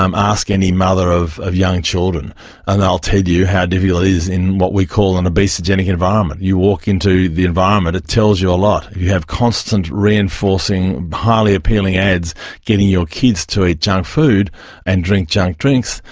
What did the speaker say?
um ask any mother of of young children and they'll tell you how difficult it is in what we call an obesogenic environment. you walk into the environment, it tells you a lot. you have constant reinforcing, highly appealing ads getting your kids to eat junk food and drink junk drinks,